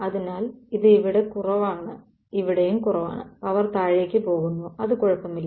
അതിനാൽ ഇത് ഇവിടെ കുറവാണ് ഇവിടെയും കുറവാണ് പവർ താഴേക്ക് പോകുന്നു അത് കുഴപ്പമില്ല